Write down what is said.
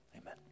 Amen